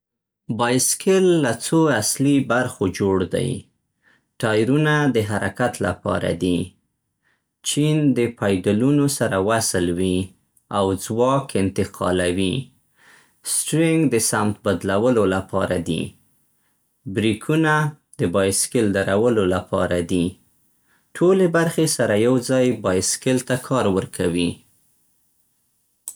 بایسکل له څو اصلي برخو جوړ دی. ټايرونه د حرکت لپاره دي. چین د پيډلونو سره وصل وي او ځواک انتقالوي. سټرېنګ د سمت بدلولو لپاره دي. برېکونه د بایسکل درولو لپاره دي. ټولې برخې سره یوځای بایسکل ته کار ورکوي.